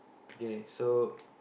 K so